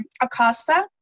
Acosta